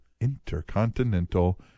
intercontinental